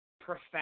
profound